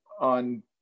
on